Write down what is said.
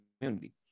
community